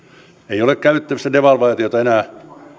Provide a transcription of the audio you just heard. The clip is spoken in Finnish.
ei ole käytettävissä devalvaatiota enää